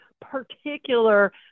particular